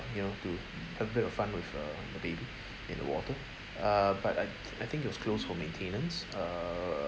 you have to have a bit of fun with uh the baby in the water uh but I I think it was closed for maintenance err